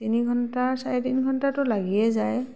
তিনি ঘণ্টা চাৰে তিনি ঘণ্টাটো লাগিয়ে যায়